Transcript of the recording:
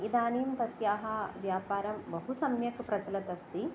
इदानीं तस्याः व्यापारं बहु सम्यक् प्रचलन् अस्ति